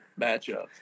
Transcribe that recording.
matchup